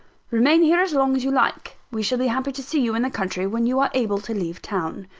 remain here as long as you like we shall be happy to see you in the country, when you are able to leave town.